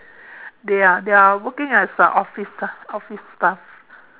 they are they are working as office ah office staff